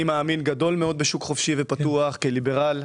אני מאמין גדול מאוד בשוק חופשי ופתוח, כליברל.